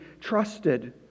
trusted